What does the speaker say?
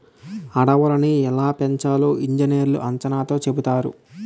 అడవులని ఎలా పెంచాలో ఇంజనీర్లు అంచనాతో చెబుతారు